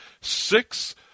Six